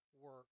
work